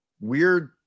weird